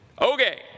Okay